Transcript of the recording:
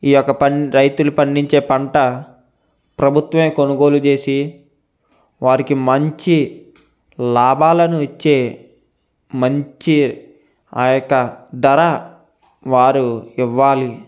ఈ యొక్క పం రైతులు పండించే పంట ప్రభుత్వమే కొనుగోలు చేసి వారికి మంచి లాభాలను ఇచ్చే మంచి ఆ యొక్క ధర వారు ఇవ్వాలి